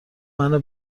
منو